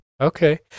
Okay